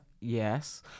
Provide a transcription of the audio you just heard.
yes